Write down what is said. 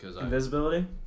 Invisibility